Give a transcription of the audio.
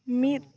ᱢᱤᱫ